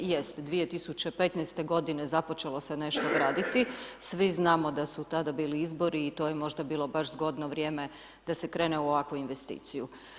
Jest, 2015. godine započelo se nešto graditi, svi znamo da su tada bili izbori i to je možda bilo baš zgodno vrijeme da se krene u ovakvu investiciju.